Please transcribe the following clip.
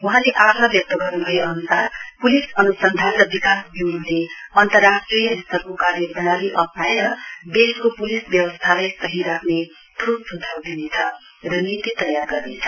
वहाँले आशा व्यक्त गर्नुभए अनुसार पुलिस अनुसन्धान र विकास ब्यूरोले अन्तराष्ट्रिय स्तरको कार्यप्रणाली अप्नाएर देशको प्लिस व्यवस्थालाई सही राख्ने ठोस स्झाउ दिनेछ र नीति तयार गर्नेछ